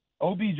OBJ